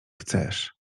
chcesz